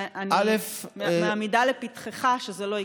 ואני מעמידה לפתחך שזה לא יקרה.